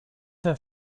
her